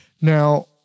Now